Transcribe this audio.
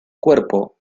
cuerpo